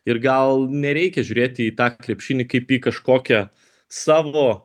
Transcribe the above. ir gal nereikia žiūrėti į tą krepšinį kaip į kažkokią savo